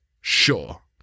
Sure